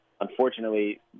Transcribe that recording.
unfortunately